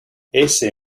ese